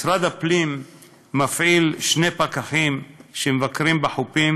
משרד הפנים מפעיל שני פקחים שמבקרים בחופים